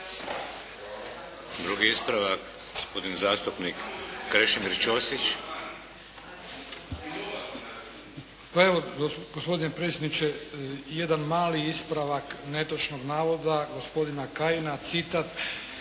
Drugi ispravak, gospodin zastupnik Krešimir Ćosić. **Ćosić, Krešimir (HDZ)** Evo gospodine predsjedniče jedan mali ispravak netočnog navoda gospodina Kajina, citat: